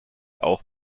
auch